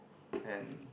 and